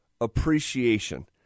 appreciation